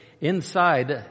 inside